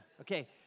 Okay